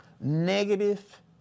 negative